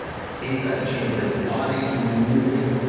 inside the chamber, it's bodies moving,